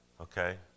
Okay